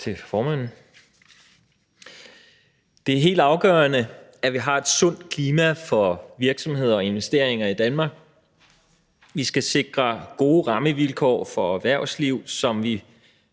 Det er helt afgørende, at vi har et sundt klima for virksomheder og investeringer i Danmark. Vi skal sikre gode rammevilkår for erhvervslivet, som på